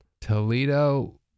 Toledo